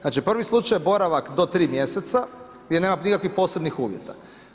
Znači prvi slučaj je boravak do 3 mjeseca, gdje nema nikakvih posebnih uvjeta.